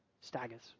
staggers